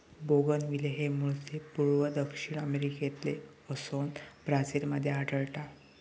bougainvillea हे मूळचे पूर्व दक्षिण अमेरिकेतले असोन ब्राझील मध्ये आढळता